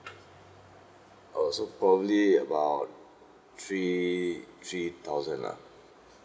oh so probably about three three thousand lah